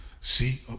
See